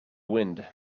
wind